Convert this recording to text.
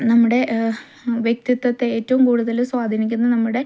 നമ്മുടെ വ്യക്തിത്വത്തെ ഏറ്റവും കൂടുതല് സ്വാധീനിക്കുന്നത് നമ്മുടെ